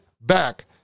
back